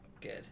good